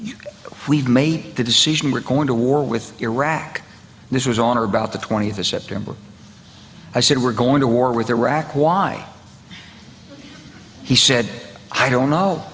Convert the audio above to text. we've made the decision we're going to war with iraq and this was on or about the twentieth of september i said we're going to war with iraq why he said i don't know